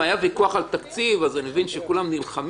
אם היה ויכוח על תקציב אז אני מבין שכולם נלחמים.